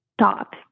stop